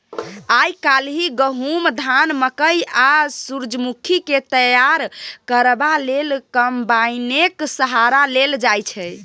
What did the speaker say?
आइ काल्हि गहुम, धान, मकय आ सूरजमुखीकेँ तैयार करबा लेल कंबाइनेक सहारा लेल जाइ छै